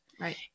Right